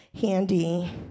handy